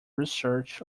research